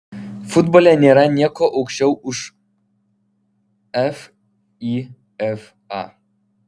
futbole nėra nieko aukščiau už fifa